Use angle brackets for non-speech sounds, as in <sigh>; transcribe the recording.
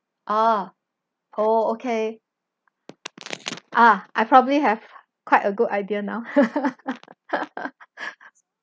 ah oh okay ah I probably have quite a good idea now <laughs>